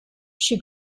she